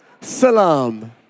Salam